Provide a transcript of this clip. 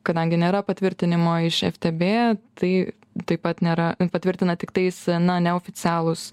kadangi nėra patvirtinimo iš ftb tai taip pat nėra patvirtina tiktais na neoficialūs